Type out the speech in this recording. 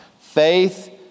Faith